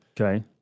Okay